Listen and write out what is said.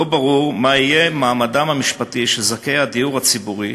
לא ברור מה יהיה מעמדם המשפטי של זכאי הדיור הציבורי,